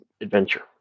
adventure